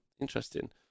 interesting